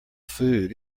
food